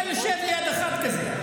אתה יושב ליד אחד כזה.